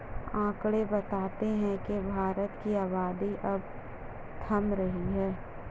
आकंड़े बताते हैं की भारत की आबादी अब थम रही है